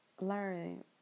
learn